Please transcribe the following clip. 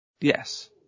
Yes